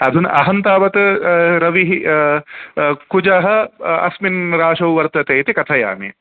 अधुना अहं तावत् रविः कुजः अस्मिन् राशौ वर्तते इति कथयामि